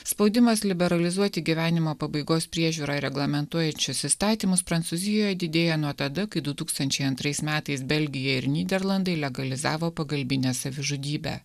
spaudimas liberalizuoti gyvenimo pabaigos priežiūrą reglamentuojančius įstatymus prancūzijoj didėja nuo tada kai du tūkstančiai antrais metais belgija ir nyderlandai legalizavo pagalbinę savižudybę